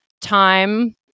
time